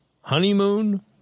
Honeymoon